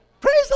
Praise